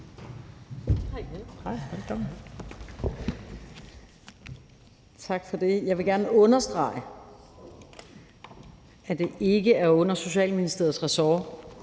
Tak for det. Jeg vil gerne understrege, at det ikke er under Social-, Bolig- og